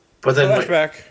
Flashback